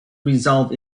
resolve